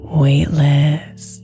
weightless